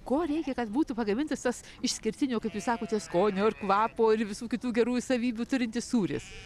ko reikia kad būtų pagamintas tas išskirtinio kaip jūs sakote skonio ir kvapo ir visų kitų gerųjų savybių turintis sūris